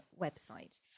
website